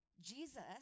Jesus